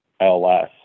LS